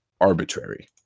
arbitrary